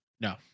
no